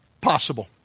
possible